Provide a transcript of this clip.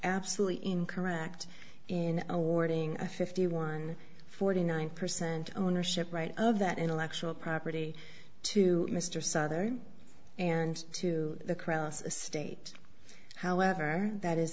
absolutely incorrect in awarding a fifty one forty nine percent ownership right of that intellectual property to mr solder and to the cross a state however that is